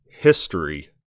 history